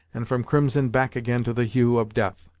and from crimson back again to the hue of death.